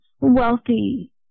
wealthy